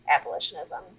abolitionism